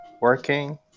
working